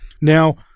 Now